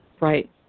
Right